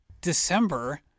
december